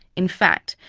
in fact,